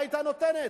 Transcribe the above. היתה נותנת.